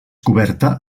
coberta